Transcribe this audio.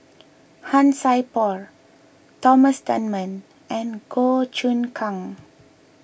Han Sai Por Thomas Dunman and Goh Choon Kang